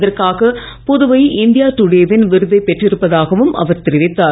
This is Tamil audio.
இதற்காக புதுவை இந்தியா டுடேவின் விருதை பெற்றிருப்பதாகவும் அவர் தெரிவித்தார்